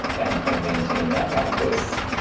and and maintain that practice.